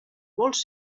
molts